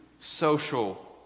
social